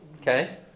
Okay